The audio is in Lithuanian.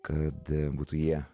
kad būtų jie